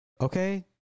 Okay